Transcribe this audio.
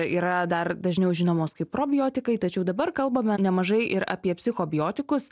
yra dar dažniau žinomos kaip probiotikai tačiau dabar kalbame nemažai ir apie psichobiotikus